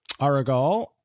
Aragal